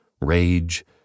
rage